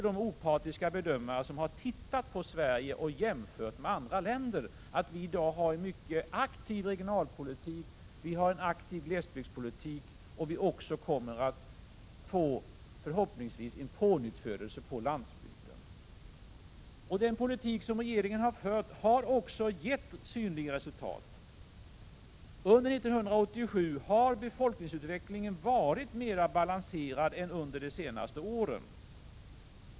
De opartiska bedömare som har tittat på Sverige och jämfört med andra länder inser också att vi i dag har en mycket aktiv regionalpolitik och en mycket aktiv glesbygdpolitik samt att vi förhoppningsvis även kommer att få en pånyttfödelse på landsbygden. Den politik som regeringen har fört har också gett synliga resultat. Under 1987 har befolkningsutvecklingen varit mera balanserad än under de senaste åren.